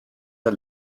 der